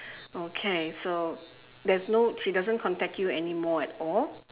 okay so there's no she doesn't contact you anymore at all